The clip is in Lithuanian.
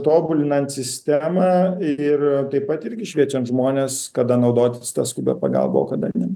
tobulinant sistemą ir taip pat irgi šviečiant žmones kada naudotis ta skubia pagalba o kada ne